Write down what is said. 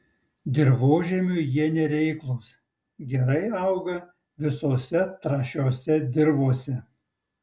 dirvožemiui jie nereiklūs gerai auga visose trąšiose dirvose